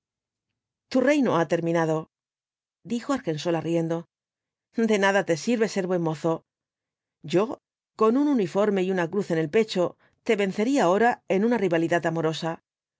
tu reino ha terminado dijo argensola riendo de nada te sirve ser buen mozo yo con un uniforme y una cruz en el pecho te vencería ahora en una rivalidad amorosa